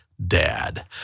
dad